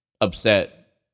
upset